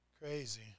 Crazy